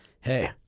Hey